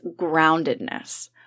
groundedness